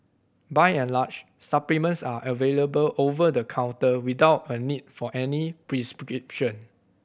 by and large supplements are available over the counter without a need for any prescription